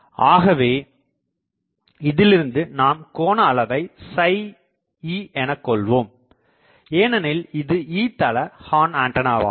ஆகவே இதிலிருந்து நாம் கோணஅளவை eஎனக் கொள்வோம் ஏனெனில் இது E தள ஹார்ன்ஆண்டனாவாகும்